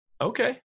Okay